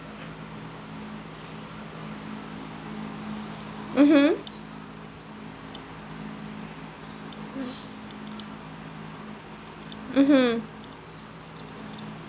mmhmm mmhmm